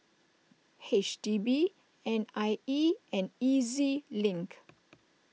H D B N I E and E Z Link